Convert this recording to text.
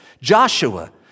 Joshua